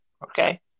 Okay